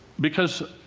because